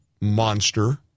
monster